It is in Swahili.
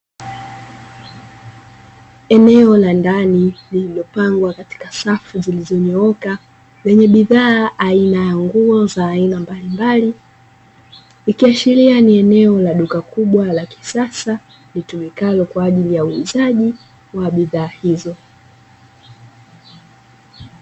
Eneo la ndani lililopangwa katika safu zilizonyooka, lenye bidhaa aina ya nguo za aina mbalimbali ikiashiria ni eneo la duka kubwa la kisasa litumikalo kwa ajili ya uuzaji wa bidhaa hizo.